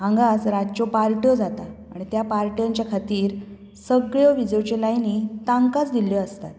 हांगाच रातच्यो पार्ट्यो जातात आनी त्या पार्ट्यांच्या खातीर सगळ्यो विजेच्यो लायनी तांकांच दिल्ल्यो आसतात